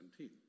17